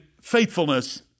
faithfulness